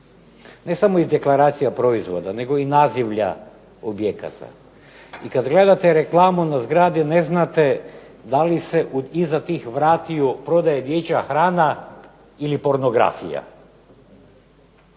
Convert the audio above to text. Ne samo iz deklaracija proizvoda, nego i nazivlja objekta. I kada gledate reklamu na zgradi ne znate dali se iza tih vrata prodaje dječja hrana ili pornografija.